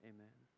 Amen